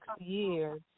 years